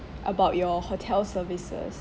about your hotel services